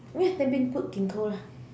then put ginkgo ah